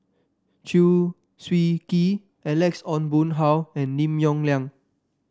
Chew Swee Kee Alex Ong Boon Hau and Lim Yong Liang